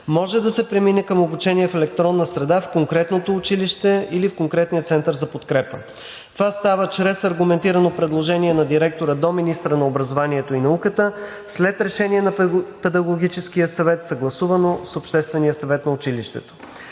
може да се премине към обучение в електронна среда в конкретното училище или в конкретния Център за подкрепа. Това става чрез аргументирано предложение на директора до министъра на образованието и науката след решение на Педагогическия съвет, съгласувано с Обществения съвет на училището.